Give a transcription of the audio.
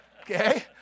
Okay